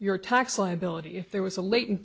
your tax liability if there was a late